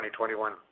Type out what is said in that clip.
2021